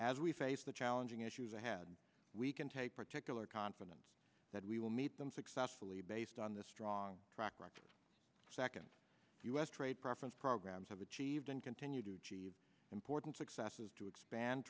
as we face the challenging issues ahead we can take particular confidence that we will meet them successfully based on the strong track record second us trade preference programs have achieved and continue to achieve important successes to expand